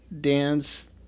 dance